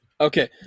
okay